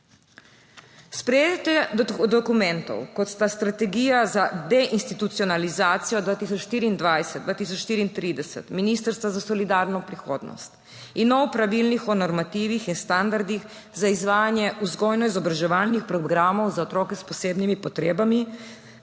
Sprejetje dokumentov, kot sta strategija za deinstitucionalizacijo 2024 – 2034 Ministrstva za solidarno prihodnost in nov pravilnik o normativih in standardih za izvajanje vzgojno-izobraževalnih programov za otroke s posebnimi potrebami